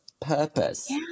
purpose